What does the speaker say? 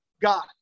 God